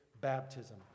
baptism